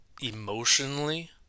emotionally